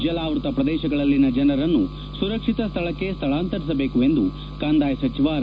ಜಲಾವ್ವತ ಪ್ರದೇಶಗಳಲ್ಲಿನ ಜನರನ್ನು ಸುರಕ್ಷಿತ ಸ್ಥಳಕ್ಕೆ ಸ್ದಳಾಂತರಿಸಬೇಕು ಎಂದು ಕಂದಾಯ ಸಚಿವ ಆರ್